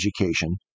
education